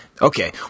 Okay